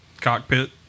cockpit